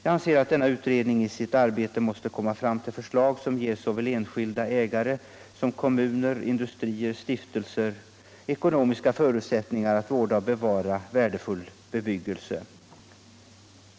Jag anser att denna utredning i sitt arbete måste komma fram till förslag som ger såväl enskilda ägare som kommuner, industrier och stiftelser ekonomiska förutsättningar att vårda och bevara värdefull bebyggelse.